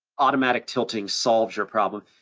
automatic tilting solves your problem,